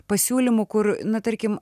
pasiūlymų kur na tarkim